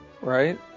Right